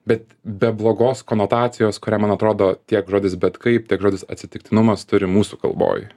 bet be blogos konotacijos kurią man atrodo tiek žodis bet kaip tiek žodis atsitiktinumas turi mūsų kalboj